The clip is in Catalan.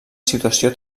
situació